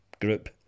group